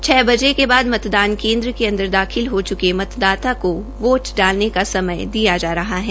छ बजे के बाद मतदान केन्द्र के अंदर दाखिल हो च्के है मतदाता को वोट डालने का सयम दिया जा रहा है